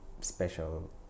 special